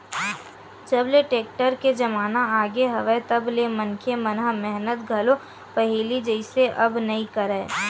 जब ले टेक्टर के जमाना आगे हवय तब ले मनखे मन ह मेहनत घलो पहिली जइसे अब नइ करय